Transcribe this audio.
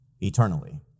eternally